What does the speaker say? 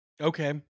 Okay